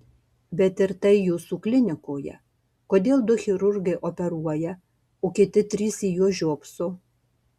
bet ir tai jūsų klinikoje kodėl du chirurgai operuoja o kiti trys į juos žiopso